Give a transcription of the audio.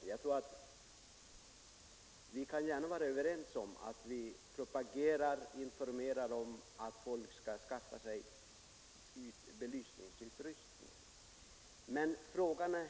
Vi 16 maj 1974 kan gärna vara överens om att vi skall propagera för och informera om att — folk skall skaffa sig belysningsutrustning.